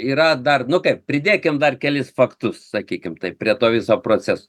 yra dar nu kaip pridėkim dar kelis faktus sakykim taip prie to viso proceso